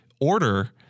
order